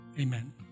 Amen